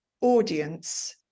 audience